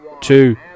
two